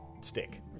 stick